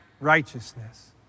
righteousness